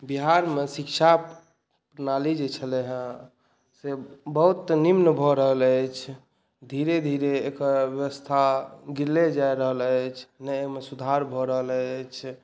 बिहारमे शिक्षा प्रणाली जे छलै हेँ से बहुत निम्न भऽ रहल अछि धीरे धीरे एकर व्यवस्था गिरले जा रहल अछि नहि ओहिमे सुधार भऽ रहल अछि